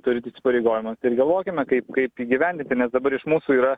turit įsipareigojimus tai ir galvokime kaip kaip įgyvendinti nes dabar iš mūsų yra